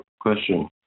question